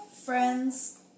Friends